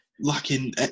lacking